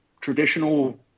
Traditional